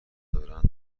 دارند